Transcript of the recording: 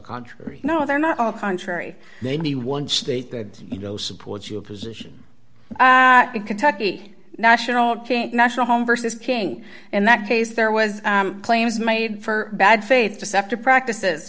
contrary no they're not all contrary maybe one state that you know supports your position be kentucky national can't national home versus king and that case there was claims made for bad faith deceptive practices